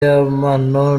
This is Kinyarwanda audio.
y’amano